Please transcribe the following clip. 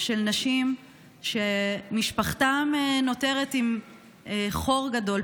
של נשים שמשפחתן נותרת עם חור גדול,